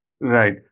Right